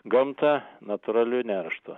gamta natūraliu nerštu